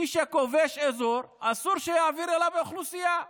מי שכובש אזור, אסור שיעביר אליו אוכלוסייה.